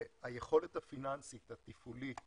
היכולת הפיננסית התפעולית